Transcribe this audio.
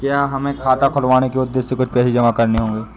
क्या हमें खाता खुलवाने के उद्देश्य से कुछ पैसे जमा करने होंगे?